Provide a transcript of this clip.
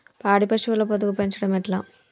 పాడి పశువుల పొదుగు పెంచడం ఎట్లా?